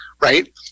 right